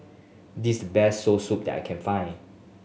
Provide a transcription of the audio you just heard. this is the best Soursop that I can find